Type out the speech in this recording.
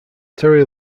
terry